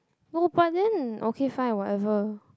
no but then okay fine whatever